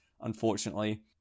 unfortunately